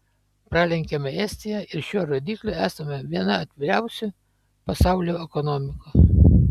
pralenkėme estiją ir šiuo rodikliu esame viena atviriausių pasaulių ekonomikų